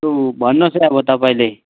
लु भन्नुहोस् है अब तपाईँले